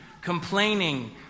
complaining